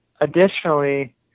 Additionally